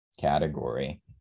category